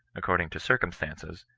according to circumstances,